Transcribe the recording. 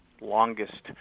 longest